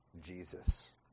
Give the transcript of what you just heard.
Jesus